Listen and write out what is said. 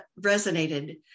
resonated